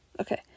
Okay